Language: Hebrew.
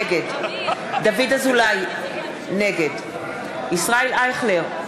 נגד דוד אזולאי, נגד ישראל אייכלר,